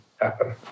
happen